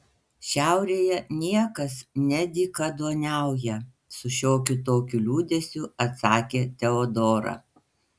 šiaurėje niekas nedykaduoniauja su šiokiu tokiu liūdesiu atsakė teodora